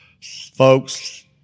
folks